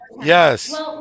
yes